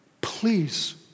please